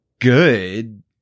good